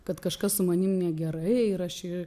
kad kažkas su manim negerai ir aš